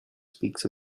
speaks